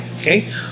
okay